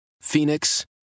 Phoenix